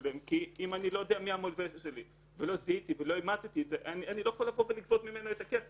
אם נגיש מקוון, נקבל תשובה מקוונת.